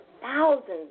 thousands